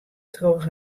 troch